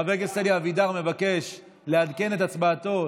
חבר הכנסת אלי אבידר מבקש לעדכן את הצבעתו,